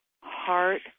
heart